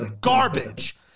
Garbage